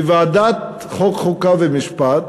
בוועדת חוקה, חוק ומשפט.